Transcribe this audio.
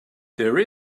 there